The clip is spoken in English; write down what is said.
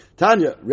Tanya